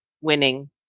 winning